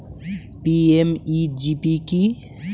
PMEGP কি?